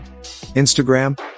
Instagram